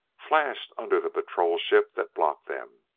flashed under the patrol-ship that blocked them,